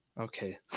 Okay